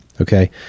okay